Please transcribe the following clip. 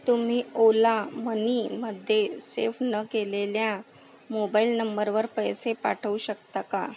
तुम्ही ओला मनीमध्ये सेव्ह न केलेल्या मोबाईल नंबरवर पैसे पाठवू शकता का